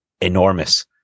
enormous